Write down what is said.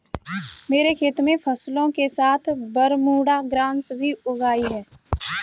मेरे खेत में फसलों के साथ बरमूडा ग्रास भी उग आई हैं